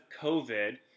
COVID